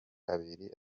abiri